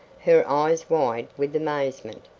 her eyes wide with amazement.